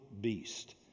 beast